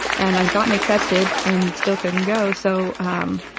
and i'd gotten accepted and still couldn't go, so, um,